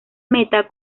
meta